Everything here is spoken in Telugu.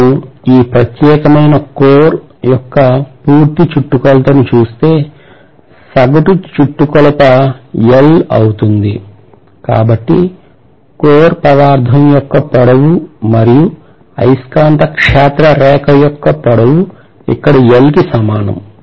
నేను ఈ ప్రత్యేకమైన కోర్ యొక్క పూర్తి చుట్టుకొలతను చూస్తే సగటు చుట్టుకొలత L అవుతుంది కాబట్టి కోర్ పదార్థం యొక్క పొడవు మరియు అయస్కాంత క్షేత్ర రేఖ యొక్క పొడవు ఇక్కడ L కి సమానం